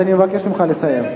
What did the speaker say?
אז אני מבקש ממך לסיים.